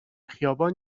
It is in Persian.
خیابان